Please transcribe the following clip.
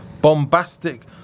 bombastic